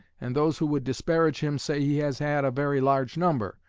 and those who would disparage him say he has had a very large number,